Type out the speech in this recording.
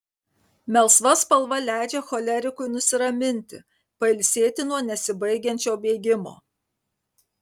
melsva spalva leidžia cholerikui nusiraminti pailsėti nuo nesibaigiančio bėgimo